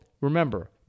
remember